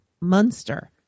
Munster